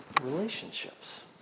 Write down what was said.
relationships